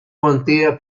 contea